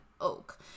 Oak